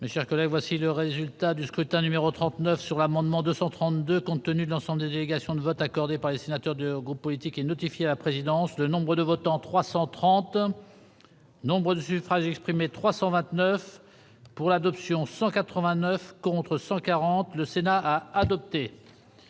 Mais, chers collègues, voici le résultat du scrutin numéro 39 sur l'amendement 230 2 compte tenu de l'ensemble des délégations de vote accordé par les sénateurs du groupe politique et notifié à la présidence, le nombre de votants 330 nombre de suffrages exprimés 329 pour l'adoption 189 contre 140 le Sénat a adopté.